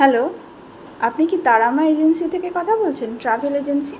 hello আপনি কি Tarama agency থেকে কথা বলছেন ট্রাভেল এজেন্সি